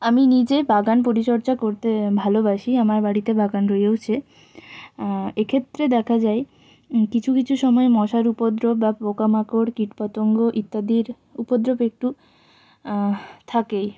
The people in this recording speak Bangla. আমি নিজে বাগান পরিচর্যা করতে ভালোবাসি আমার বাড়িতে বাগান রয়েওছে এক্ষেত্রে দেখা যায় কিছু কিছু সময় মশার উপদ্রব বা পোকামাকড় কীটপতঙ্গ ইত্যাদির উপদ্রব একটু থাকে